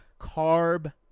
Carb